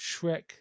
Shrek